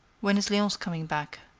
when is leonce coming back?